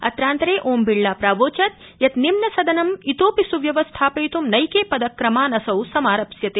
अत्रान्तरे ओम बिड़ला प्रावोचत् यत् निम्नसदनं त्रीऽपि सुव्यवस्थापयितुं नैके पदक्रमान् असौ समारप्यते